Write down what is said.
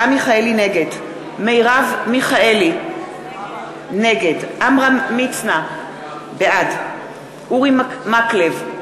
נגד מרב מיכאלי, נגד עמרם מצנע, בעד אורי מקלב,